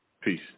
Peace